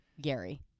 Gary